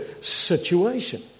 situation